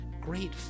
great